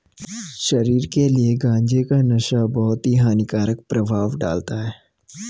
शरीर के लिए गांजे का नशा बहुत ही हानिकारक प्रभाव डालता है